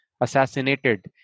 assassinated